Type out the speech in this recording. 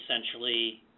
essentially